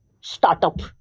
startup